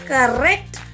Correct